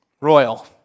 royal